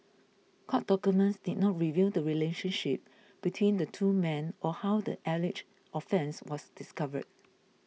court documents did not reveal the relationship between the two men or how the alleged offence was discovered